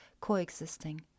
coexisting